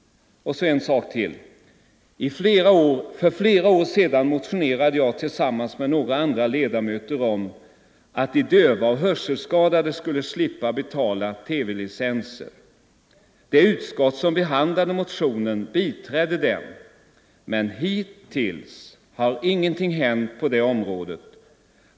En sak till. För flera år sedan motionerade jag tillsammans med några andra ledamöter om att de döva och hörselskadade skulle slippa betala TV-licens. Det utskott som behandlade motionen biträdde den. Men hittills har ingenting hänt i det avseendet.